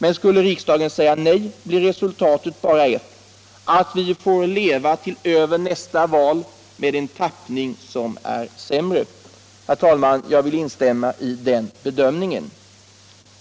Men skulle riksdagen säga nej, blir resultatet bara ett: att vi får leva till över nästa val med en tappning som är sämre.” Herr talman! Jag vill instämma i denna bedömning.